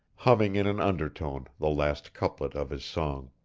humming in an undertone the last couplet of his song